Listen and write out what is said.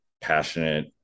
passionate